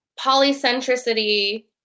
polycentricity